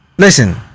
Listen